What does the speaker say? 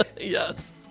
Yes